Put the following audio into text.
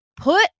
put